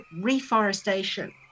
reforestation